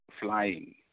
flying